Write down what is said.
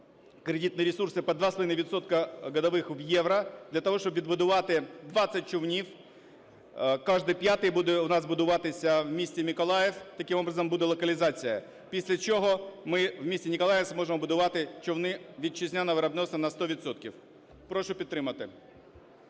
кредитні ресурси під 2,5 відсотки годовых в євро для того, щоб відбудувати 20 човнів. Кожний п'ятий буде у нас будуватися в місті Миколаїв, таким образом буде локалізація. Після чого ми у місті Миколаїв зможемо будувати човни вітчизняного виробництва на 100 відсотків. Прошу підтримати.